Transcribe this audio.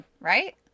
right